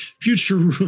future